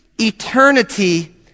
eternity